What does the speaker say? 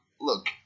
Look